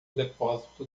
depósito